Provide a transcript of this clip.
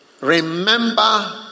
Remember